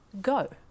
Go